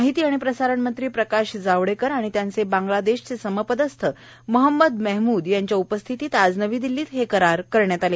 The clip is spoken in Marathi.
माहिती आणि प्रसारण मंत्री प्रकाश जावडेकर आणि त्यांचे बांग्लादेशचे समपदस्थ मोहम्मद मेहमूद यांच्या उपस्थितीत आज नवी दिल्लीत हे करार करण्यात आले